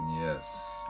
yes